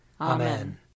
Amen